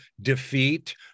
defeat